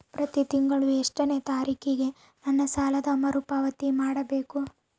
ಪ್ರತಿ ತಿಂಗಳು ಎಷ್ಟನೇ ತಾರೇಕಿಗೆ ನನ್ನ ಸಾಲದ ಮರುಪಾವತಿ ಮಾಡಬೇಕು?